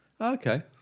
Okay